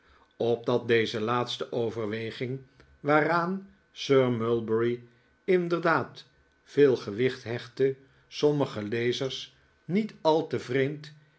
opdat deze laatste overweging waaraan sir mulberry inderdaad veel gewicht hechtte sommigen lezers niet al te vreemd